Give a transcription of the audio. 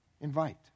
Invite